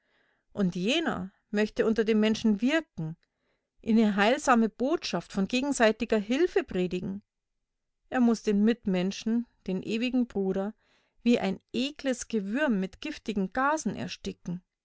und jener möchte unter den menschen wirken ihnen heilsame botschaft von gegenseitiger hilfe predigen er muß den mitmenschen den ewigen bruder wie ein ekles gewürm mit giftigen gasen ersticken